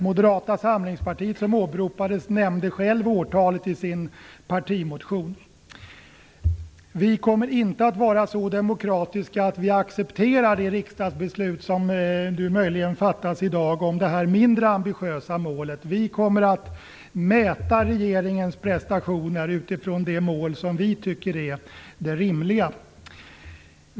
Moderata samlingspartiet, som åberopades, nämnde årtalet i sin partimotion. Vi kommer inte att vara så demokratiska att vi accepterar det riksdagsbeslut som möjligen fattas i dag om det mindre ambitiösa målet. Vi kommer att mäta regeringens prestationer utifrån de mål som vi tycker är de rimliga.